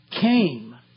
came